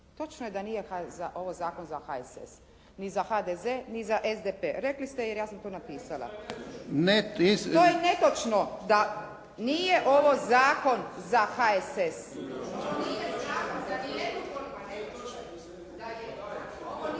Točno je da nije ovo zakon za HSS, ni za HDZ, ni za SDP. Rekli ste jer ja sam tu napisala. To je netočno da nije ovo zakon za HSS …/Govornica je isključena,